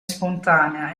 spontanea